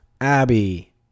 Abby